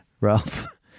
ralph